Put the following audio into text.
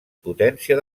potència